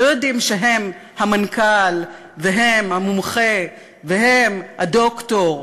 לא יודעים שהם המנכ"ל והם המומחה והם הדוקטור.